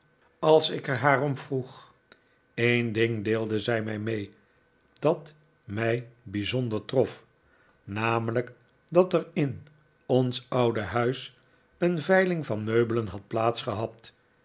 als ik er haar maar om vroeg een ding deelde zij mij mee dat mij bijzonder trof namelijk dat er in ons oude huis een veiling van meubelen had